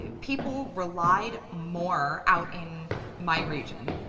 ah people relied more out in my region